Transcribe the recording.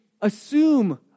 assume